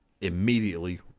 Immediately